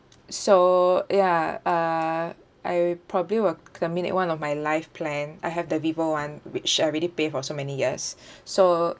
so ya uh I probably will terminate one of my life plan I have the vivo one which I already pay for so many years so